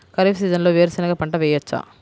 ఖరీఫ్ సీజన్లో వేరు శెనగ పంట వేయచ్చా?